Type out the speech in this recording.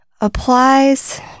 applies